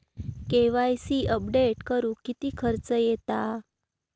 KYC update करुक किती खर्च येता?